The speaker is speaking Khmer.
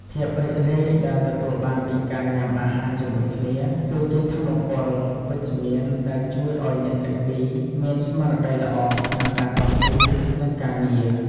ភាពរីករាយដែលទទួលបានពីការញ៉ាំអាហារជាមួយគ្នា គឺជាថាមពលវិជ្ជមានដែលជួយឱ្យអ្នកទាំងពីរមានស្មារតីល្អក្នុងការតស៊ូនឹងការងារ។